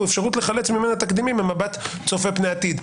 והוא אפשרות לחלץ ממנה תקדימים במבט צופה פני עתיד.